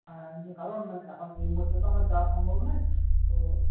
হ্যাঁ কারণ এখন এই মুহূর্তে তো আমার যাওয়া সম্ভব নয় তো